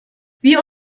wir